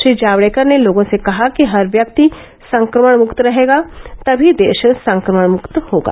श्री जावडेकर ने लोगों से कहा कि हर व्यक्ति संक्रमण मुक्त रहेगा तभी देश संक्रमण मुक्त होगा